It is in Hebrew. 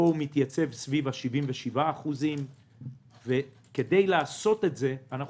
פה הוא מתייצב סביב 77%. כדי לעשות את זה אנחנו